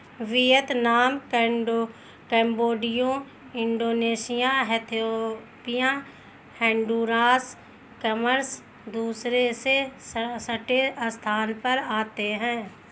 Vietnam Cambodia Indonesia Ethiopia Honduras क्रमशः दूसरे से छठे स्थान पर आते हैं